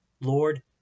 Lord